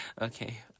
Okay